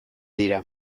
dira